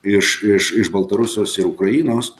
iš iš iš baltarusijos ir ukrainos